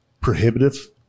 prohibitive